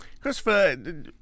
Christopher